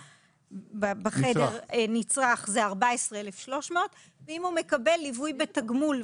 בחדר: "נצרך" זה 14,300 ₪; אם הוא מקבל ליווי בתגמול,